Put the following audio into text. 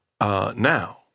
Now